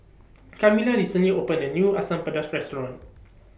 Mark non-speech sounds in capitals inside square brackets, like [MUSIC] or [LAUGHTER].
[NOISE] Kamilah recently opened A New Asam Pedas Restaurant [NOISE]